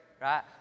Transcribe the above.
right